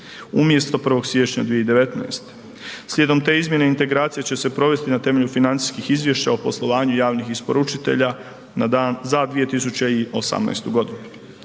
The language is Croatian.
umjesto 1. siječnja 2019. Slijedom te izmjene integracije će se provesti na temelju financijskih izvješća o poslovanju javnih isporučitelja na dan, za 218. godinu.